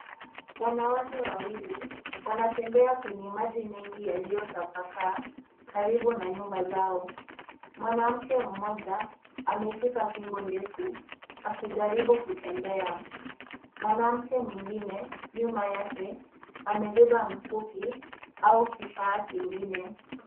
Wanawake wawili wanatembea kwenye maji mengi yaliyotapakaa karibu na nyumba zao. Mwanamke mmoja ameshika fimbo ndefu akijaribu kutembea. Mwanamke mwengine nyuma yake amebeba mkuki au kifaa kingine.